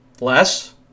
Less